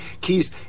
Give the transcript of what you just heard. Keys